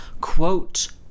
Quote